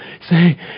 say